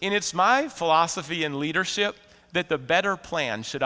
in it's my philosophy in leadership that the better plan should